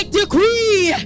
decree